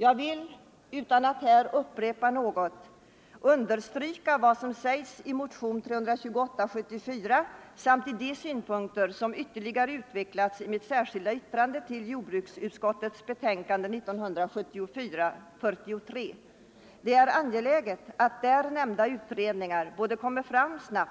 Jag vill, utan att här upprepa något, understryka vad som sägs i motionen 328 samt de synpunkter som ytterligare utvecklats i mitt särskilda yttrande till jordbruksutskottets betänkande nr 43. Det är angeläget att där nämnda utredningar kommer fram snabbt